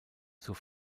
zur